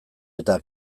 eta